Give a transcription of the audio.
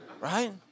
Right